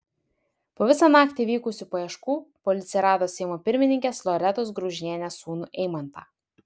po visą naktį vykusių paieškų policija rado seimo pirmininkės loretos graužinienės sūnų eimantą